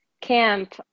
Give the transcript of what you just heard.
camp